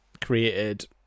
created